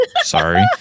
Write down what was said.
Sorry